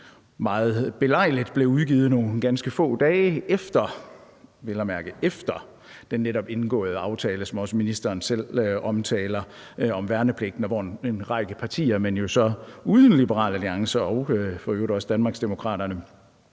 meget belejligt blev udgivet nogle ganske få dage efter – vel at mærke efter – den netop indgåede aftale, som også ministeren selv omtaler, om værnepligten, hvor en række partier, men jo så uden Liberal Alliance og for øvrigt også Danmarksdemokraterne,